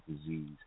disease